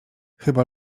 chyba